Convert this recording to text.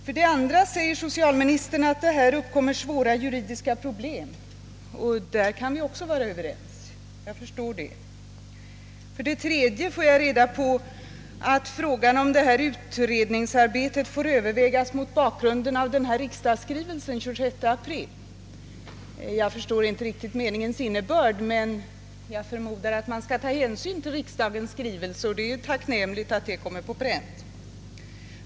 För det andra säger socialministern att det här uppkommer svåra juridiska problem. Jag förstår det. även där kan vi vara överens. För det tredje säger socialministern att frågan om utredningsarbetet får övervägas mot bakgrunden av riksdagens skrivelse den 26 april 1967. Jag förstår inte riktigt den meningens innebörd, men jag förmodar att hänsyn skall tagas till riksdagens skrivelser, och det är ju tacknämligt att det har kommit på pränt.